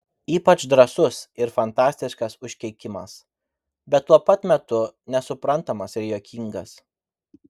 ypač drąsus ir fantastiškas užkeikimas bet tuo pat metu nesuprantamas ir juokingas